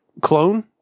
clone